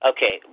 Okay